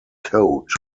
coat